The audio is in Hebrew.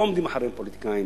ולא עומדים מאחוריהם פוליטיקאים,